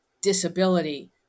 disability